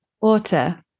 water